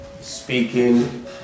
speaking